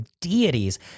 deities